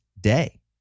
day